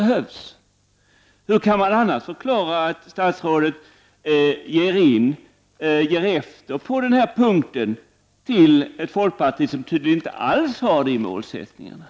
Hur kan man annars förklara att statsrådet ger efter på den här punkten åt folkpartiet, som tydligen inte alls har de målsättningarna?